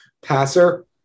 passer